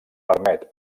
permet